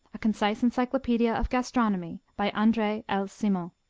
a concise encyclopedia of gastronomy, by andre l. simon.